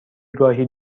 گاهی